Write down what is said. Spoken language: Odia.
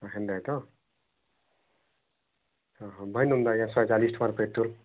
ଆଉ ସେମ୍ତିଆ ତ ଓଃ ବାନ୍ଧି ଦିଅନ୍ତୁ ଆଜ୍ଞା ଶହେ ଚାଳିଶ ଟଙ୍କାର ପେଟ୍ରୋଲ୍